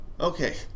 Okay